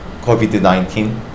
COVID-19